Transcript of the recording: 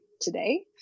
today